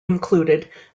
included